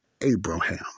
Abraham